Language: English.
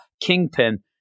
Kingpin